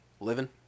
Living